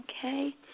Okay